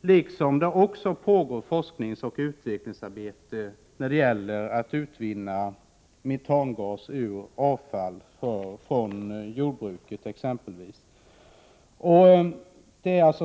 Likaså pågår det forskningsoch utvecklingsarbete när det gäller att utvinna metangas ur avfall från exempelvis jordbruket.